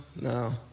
no